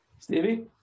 Stevie